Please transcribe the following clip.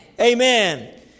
Amen